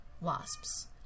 wasps